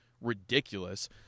ridiculous